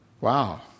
Wow